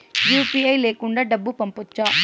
UPI లేకుండా డబ్బు పంపొచ్చా